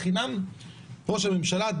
אגב,